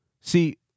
See